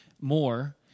more